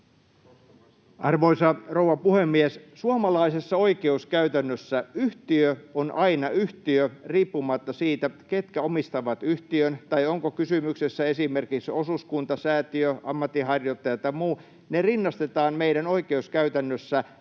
Arvoisa rouva puhemies! Suomalaisessa oikeuskäytännössä yhtiö on aina yhtiö riippumatta siitä, ketkä omistavat yhtiön tai onko kysymyksessä esimerkiksi osuuskunta, säätiö, ammatinharjoittaja tai muu — ne rinnastetaan meidän oikeuskäytännössämme